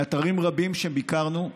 באתרים רבים שביקרנו,